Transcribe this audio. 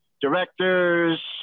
directors